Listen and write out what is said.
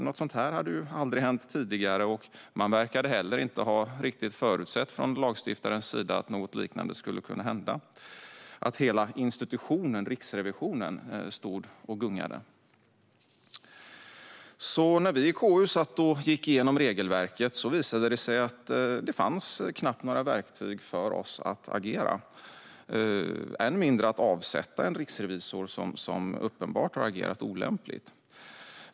Något sådant hade aldrig hänt tidigare, och lagstiftaren verkar inte heller ha förutsett att något liknande skulle kunna hända, att hela institutionen Riksrevisionen stod och gungade. Så när vi i KU gick igenom regelverket visade det sig att det knappt fanns några verktyg för oss för att kunna agera. Än mindre fanns det några verktyg för att avsätta en riksrevisor som uppenbart har agerat olämpligt.